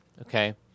Okay